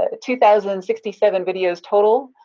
ah two thousand and sixty seven videos total.